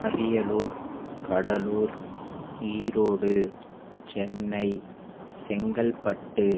Ariyalur Cuddalore Erode Chennai Chengalpattu